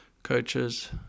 coaches